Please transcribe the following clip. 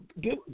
give